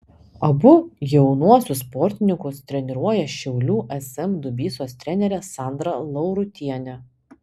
abu jaunuosius sportininkus treniruoja šiaulių sm dubysos trenerė sandra laurutienė